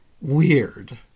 weird